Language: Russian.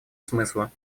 смысла